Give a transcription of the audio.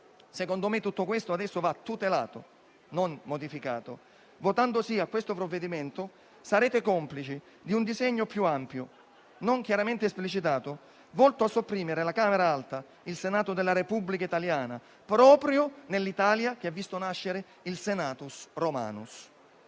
Secondo me, tutto questo adesso va tutelato e non modificato. Esprimendo un voto favorevole sul provvedimento sarete complici di un disegno più ampio, non chiaramente esplicitato, volto a sopprimere la Camera alta, il Senato della Repubblica italiana, proprio nell'Italia che ha visto nascere il *senatus romanus*.